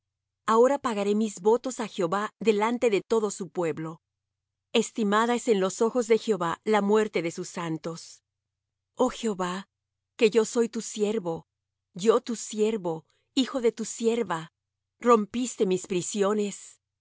ahora pagaré mis votos á jehová delante de todo su pueblo estimada es en los ojos de jehová la muerte de sus santos oh jehová que yo soy tu siervo yo tu siervo hijo de tu sierva rompiste mis prisiones